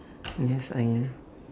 yes I am